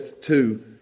two